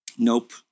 Nope